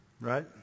Right